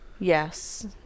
Yes